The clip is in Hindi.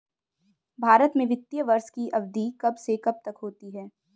भारत में वित्तीय वर्ष की अवधि कब से कब तक होती है?